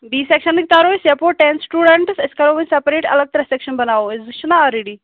B سیٚکشینٕکۍ تأرہوٗکھ أسۍ یپور ٹین سِٹوٗڈینٹٕس أسۍ کَرہوٗکھ سیپٚیریٚٹ اَلگ اَلگ ترٛےٚ سیٚکشن بَناوَو أسۍ زٕ چھِنا آل ریڈی